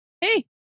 Hey